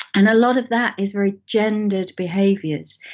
and a lot of that is very gendered behaviors.